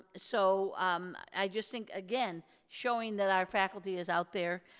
so i just think, again, showing that our faculty is out there